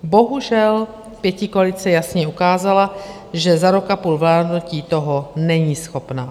Bohužel, pětikoalice jasně ukázala, že za rok a půl vládnutí toho není schopna.